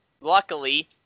Luckily